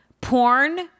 porn